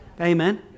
Amen